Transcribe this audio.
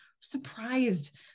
surprised